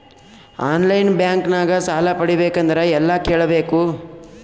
On line bank ಸಾಲ ಪಡಿಬೇಕಂದರ ಎಲ್ಲ ಕೇಳಬೇಕು?